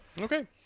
Okay